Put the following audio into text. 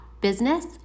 business